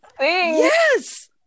Yes